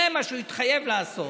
זה מה שהוא התחייב לעשות,